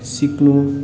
सिक्नु